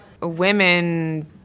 women